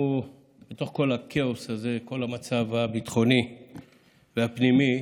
כל המצב הביטחוני והפנימי,